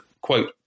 quote